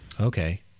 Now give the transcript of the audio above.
Okay